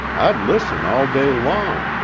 i'd listen all day long,